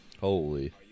Holy